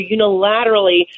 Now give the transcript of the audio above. unilaterally